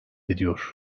ediyor